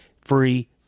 free